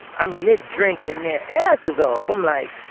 i mean, they drinking their asses off. i'm like,